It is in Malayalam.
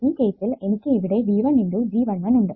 ഈ കേസിൽ എനിക്കു ഇവിടെ V1 × G11 ഉണ്ട്